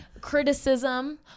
criticism